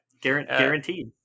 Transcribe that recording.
Guaranteed